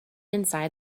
inside